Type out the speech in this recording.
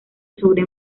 sobre